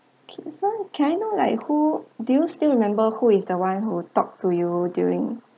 okay so can I know like who do you still remember who is the one who talk to you during